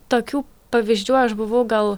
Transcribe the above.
tokių pavyzdžių aš buvau gal